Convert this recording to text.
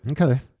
Okay